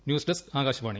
news desk Akashvani